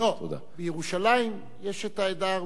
בירושלים יש את העדה הארמנית,